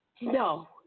No